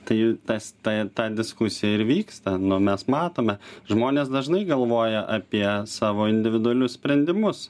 tai tas ta ta diskusija ir vyksta nu mes matome žmonės dažnai galvoja apie savo individualius sprendimus